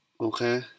Okay